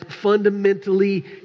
fundamentally